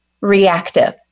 reactive